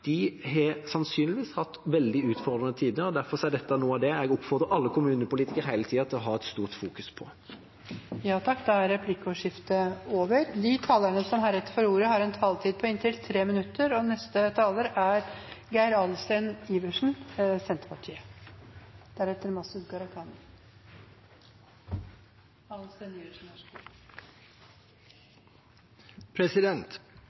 har hatt veldig utfordrende tider, og derfor er dette noe av det jeg oppfordrer alle kommunepolitikere til hele tida å gi stor oppmerksomhet. Replikkordskiftet er omme. De talere som heretter får ordet, har en taletid på inntil 3 minutter.